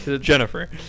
Jennifer